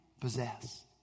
possess